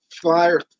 fire